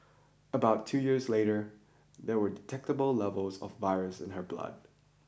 about two years later there were detectable levels of virus in her blood